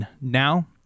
Now